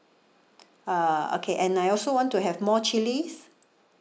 ah okay and I also want to have more chillies